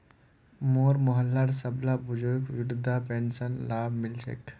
मोर मोहल्लार सबला बुजुर्गक वृद्धा पेंशनेर लाभ मि ल छेक